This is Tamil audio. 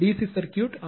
C circuit R